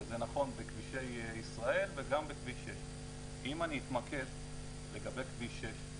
וזה נכון בכבישי ישראל וגם בכביש 6. אם אני אתמקד לגבי כביש 6,